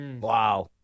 Wow